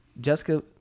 Jessica